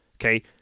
okay